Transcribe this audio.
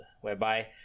Whereby